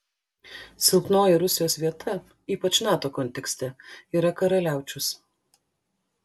silpnoji rusijos vieta ypač nato kontekste yra karaliaučius